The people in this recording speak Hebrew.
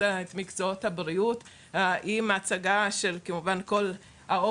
את מקצועות הבריאות עם הצגה של כל האופק,